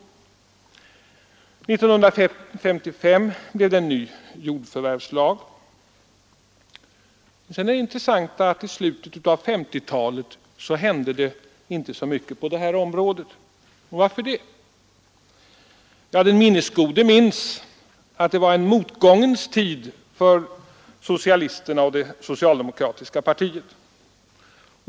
1955 blev det en ny jordförvärvslag Sedan är det intressant att i slutet av 1950-talet hände det inte så mycket på det här området. Varför det? Ja, den minnesgode minns att det var en motgångens tid för socialisterna och det socialdemokratiska partiet.